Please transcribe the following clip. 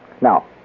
Now